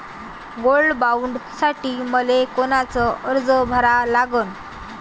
Gold बॉण्डसाठी मले कोनचा अर्ज भरा लागन?